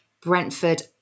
Brentford